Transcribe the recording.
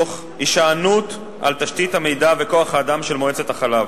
תוך הישענות על תשתית המידע וכוח-האדם של מועצת החלב,